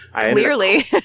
Clearly